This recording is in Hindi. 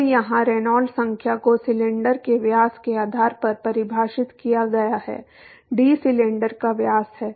तो यहां रेनॉल्ड्स संख्या को सिलेंडर के व्यास के आधार पर परिभाषित किया गया है डी सिलेंडर का व्यास है